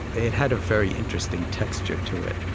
it had a very interesting texture to it,